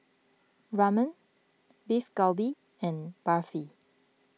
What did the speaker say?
Ramen Beef Galbi and Barfi